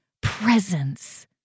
presence